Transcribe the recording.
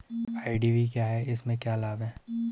IDV क्या है इसमें क्या लाभ है?